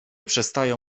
przestają